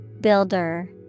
Builder